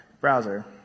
browser